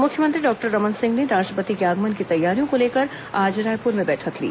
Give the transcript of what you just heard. मुख्यमंत्री डॉक्टर रमन सिंह ने राष्ट्रपति के आगमन की तैयारियों को लेकर आज रायपुर में बैठक ली